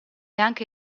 anche